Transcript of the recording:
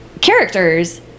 Characters